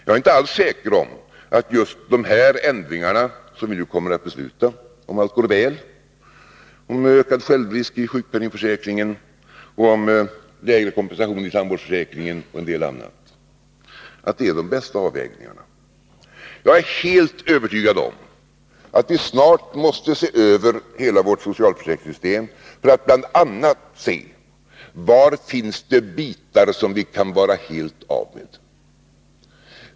Jag är inte alls säker på att just de ändringar som vi nu kommer att besluta, ifall allt går väl, om ökad självrisk i sjukpenningförsäkringen, om lägre kompensation i tandvårdsförsäkringen och en del annat är de bästa avvägningarna. Jag är helt övertygad om att vi snart måste se över hela socialförsäkringssystemet, för att bl.a. undersöka var det finns bitar som vi helt kan vara av med.